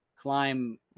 Climb